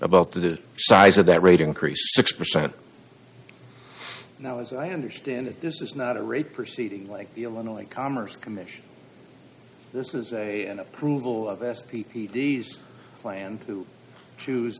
about the size of that rate increase six percent now as i understand it this is not a rate proceeding like the illinois commerce commission this is a an approval of s p p d s plan to choose